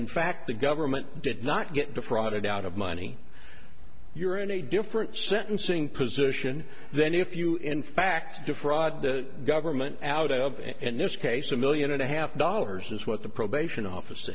in fact the government did not get defrauded out of money you're in a different sentencing position then if you in fact defraud the government out of and this case a million and a half dollars is what the probation officer